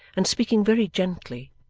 and speaking very gently,